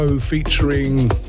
featuring